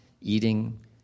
eating